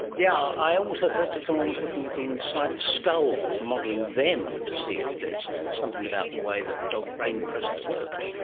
yeah i also heard that someone was looking at the inside of skulls and modelling them to see if there's something about the way that dog brain process worked.